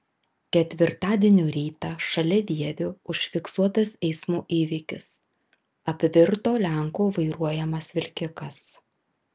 ketvirtadienio rytą šalia vievio užfiksuotas eismo įvykis apvirto lenko vairuojamas vilkikas